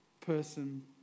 person